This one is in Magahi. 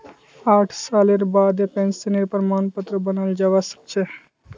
साठ सालेर बादें पेंशनेर प्रमाण पत्र बनाल जाबा सखछे